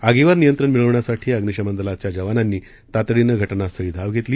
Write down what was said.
आगीवर नियंत्रण मिळविण्यासाठी अग्निशमन दलाचे जवानांनी तातडीनं घटनास्थळी धाव घेतली